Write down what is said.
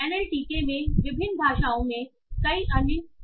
या NLTK में विभिन्न भाषाओं में कई अन्य कॉर्पोरा हैं